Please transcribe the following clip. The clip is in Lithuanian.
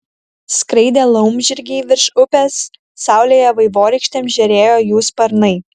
skraidė laumžirgiai virš upės saulėje vaivorykštėm žėrėjo jų sparnai